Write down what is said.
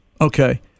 Okay